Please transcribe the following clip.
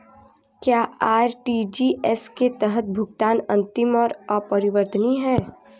क्या आर.टी.जी.एस के तहत भुगतान अंतिम और अपरिवर्तनीय है?